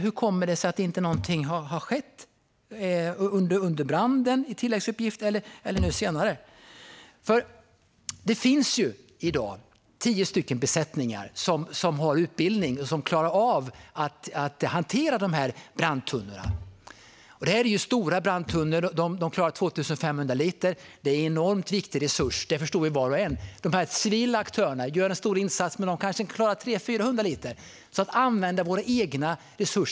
Hur kommer det sig att ingenting har skett när det gäller tilläggsuppgifter, varken under branden eller nu senare? Det finns i dag tio besättningar som har utbildning för och som klarar av att hantera de här brandtunnorna. Det är stora brandtunnor som klarar 2 500 liter. Det är en enormt viktig resurs - det förstår var och en. De civila aktörerna gör en stor insats. Men de kanske klarar 300-400 liter.